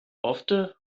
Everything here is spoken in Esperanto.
ofte